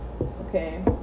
Okay